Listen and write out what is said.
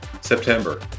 September